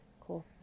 Cool